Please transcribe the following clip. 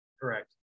Correct